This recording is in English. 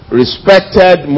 respected